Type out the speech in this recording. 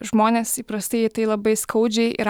žmonės įprastai tai labai skaudžiai ir